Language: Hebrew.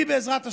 אני, בעזרת השם,